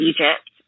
Egypt